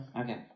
Okay